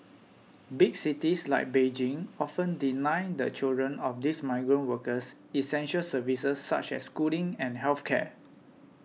big cities like Beijing often deny the children of these migrant workers essential services such as schooling and health care